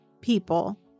people